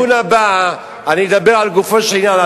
בדיון הבא אני אדבר לגופו של עניין,